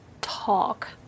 talk